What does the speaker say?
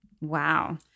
Wow